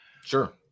Sure